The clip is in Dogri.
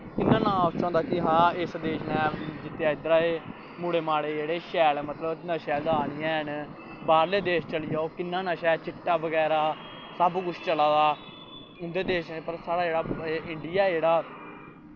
इ'यां नांऽ उच्चा होंदा ऐ कि इस देश नै जित्तेआ इद्धरा एह् मुड़े मड़े मतलब नशे आह्लै दा निं हैन बाह्रलै देश चली जाओ किन्ना नशा ई चिट्टा बगैरा सब कुछ चला दा उं'दे देशे पर साढ़ा जेह्ड़ा इंडिया